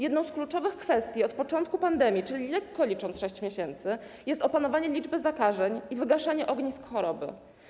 Jedną z kluczowych kwestii od początku pandemii, czyli, lekko licząc, od 6 miesięcy, jest opanowanie liczby zakażeń i wygaszanie ognisk choroby.